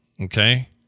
Okay